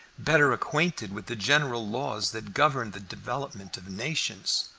better acquainted with the general laws that govern the development of nations.